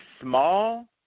small